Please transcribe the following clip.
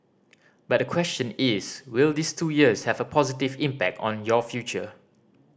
but the question is will these two years have a positive impact on your future